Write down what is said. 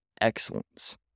excellence